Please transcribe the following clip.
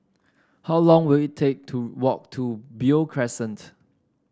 how long will it take to walk to Beo Crescent